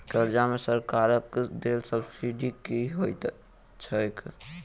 कर्जा मे सरकारक देल सब्सिडी की होइत छैक?